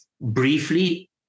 Briefly